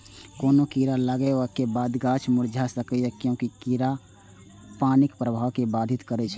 कोनो कीड़ा लागै के बादो गाछ मुरझा सकैए, कियैकि कीड़ा पानिक प्रवाह कें बाधित करै छै